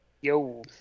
Yo